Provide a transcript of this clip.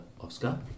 Oscar